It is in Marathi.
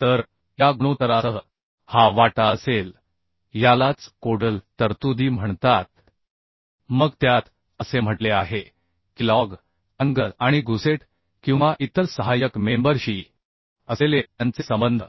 तर या गुणोत्तरासह हा वाटा असेल यालाच कोडल तरतुदी म्हणतात मग त्यात असे म्हटले आहे की लजअँगल आणि गुसेट किंवा इतर सहाय्यक मेंबर शी असलेले त्यांचे संबंध